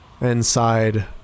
Inside